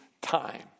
time